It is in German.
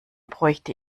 bräuchte